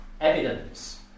evidence